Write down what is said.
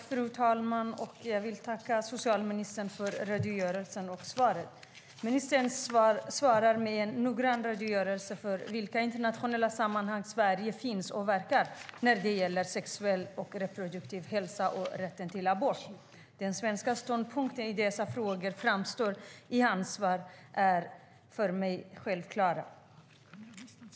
Fru talman! Jag vill tacka socialministern för svaret. Ministern svarar med en noggrann redogörelse för vilka internationella sammanhang som Sverige finns med och verkar i när det gäller sexuell och reproduktiv hälsa samt rätten till abort. Den svenska ståndpunkten i dessa frågor framstår för mig som självklar.